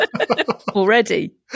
Already